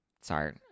sorry